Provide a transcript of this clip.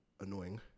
annoying